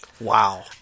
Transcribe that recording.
Wow